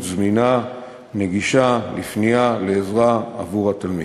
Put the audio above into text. זמינה ונגישה לפנייה ולעזרה עבור התלמיד.